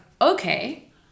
okay